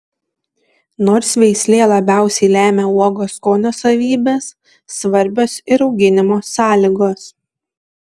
nors veislė labiausiai lemia uogos skonio savybes svarbios ir auginimo sąlygos